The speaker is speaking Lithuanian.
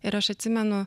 ir aš atsimenu